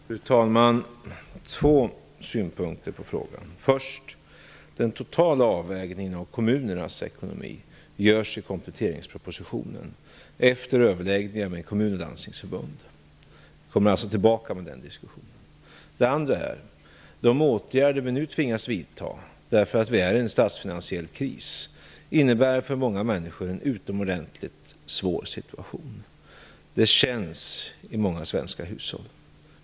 Fru talman! Jag har två synpunkter på frågan. Den totala avvägningen av kommunernas ekonomi görs i kompletteringspropositionen efter överläggningar med kommun och landstingsförbund. Vi kommer tillbaka till den diskussionen. De åtgärder vi nu tvingas vidta därför att vi är i en statsfinansiell kris innebär för många människor en utomordentligt svår situation. Det känns i många svenska hushåll.